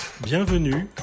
Bienvenue